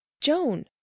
Joan